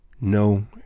no